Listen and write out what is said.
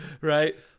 Right